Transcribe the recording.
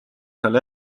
seal